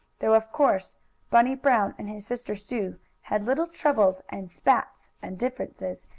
though of course bunny brown and his sister sue had little troubles and spats and differences,